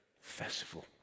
festival